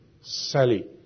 Sally